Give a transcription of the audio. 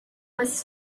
was